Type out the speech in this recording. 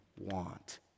want